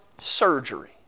surgery